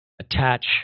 attach